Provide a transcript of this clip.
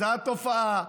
זו התופעה,